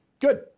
Good